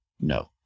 No